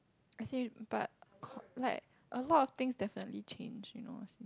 I see but like a lot things definitely change you know